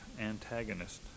antagonist